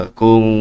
kung